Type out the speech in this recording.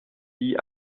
sie